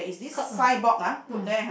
kerb lah kerb mm